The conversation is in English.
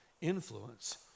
influence